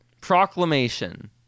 Proclamation